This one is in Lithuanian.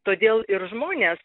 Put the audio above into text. todėl ir žmonės